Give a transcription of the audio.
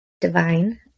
divine